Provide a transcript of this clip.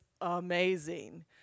amazing